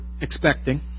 expecting